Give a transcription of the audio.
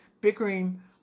bickering